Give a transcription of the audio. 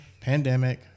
pandemic